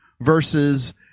versus